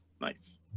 nice